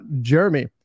jeremy